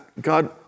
God